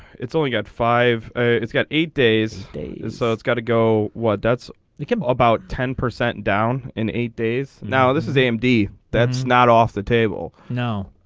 it's only got five. a it's got. eight days. so it's got to go. what that's the come about. ten percent down. in eight days. now this is a m. d. that's not off the table. now